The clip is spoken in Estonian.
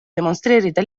demonstreerida